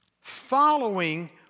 following